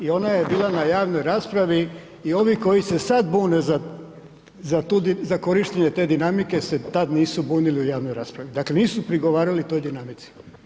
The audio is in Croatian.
I ona je bila na javnoj raspravi i ovi koji se sada bune za korištenje te dinamike se tada nisu bunili u javnoj raspravi, dakle nisu prigovarali toj dinamici.